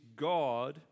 God